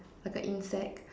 like a insect